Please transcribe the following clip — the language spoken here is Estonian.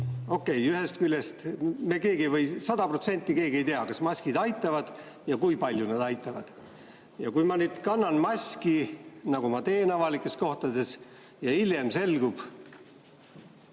okei, ühest küljest me keegi sada protsenti ei tea, kas maskid aitavad ja kui palju nad aitavad. Kui ma nüüd kannan maski, nagu ma avalikes kohtades teen, ja hiljem selgub,